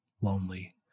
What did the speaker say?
lonely